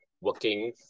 working